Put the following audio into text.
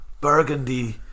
Burgundy